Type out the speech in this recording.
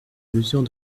mesure